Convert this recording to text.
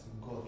God